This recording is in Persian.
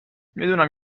میدونم